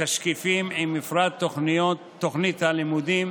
תשקיפים עם מפרט תוכנית הלימודים,